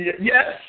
Yes